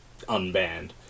unbanned